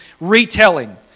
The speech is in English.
retelling